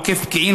עוקף פקיעין,